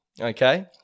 Okay